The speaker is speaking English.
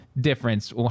difference